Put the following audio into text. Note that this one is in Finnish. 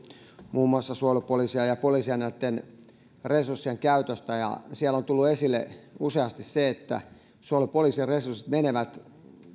muun muassa suojelupoliisia ja poliisia näitten resurssien käytöstä ja siellä on tullut esille useasti se että suojelupoliisin resurssit menevät